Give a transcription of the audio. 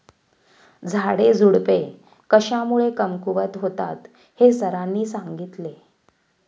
झाडेझुडपे कशामुळे कमकुवत होतात हे सरांनी सांगितले